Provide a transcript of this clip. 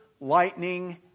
lightning